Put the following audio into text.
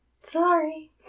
Sorry